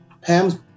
Pam's